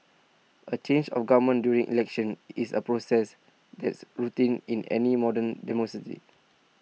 A change of government during elections is A process that's routine in any modern demo city